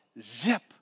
zip